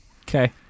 Okay